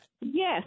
Yes